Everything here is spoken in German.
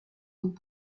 und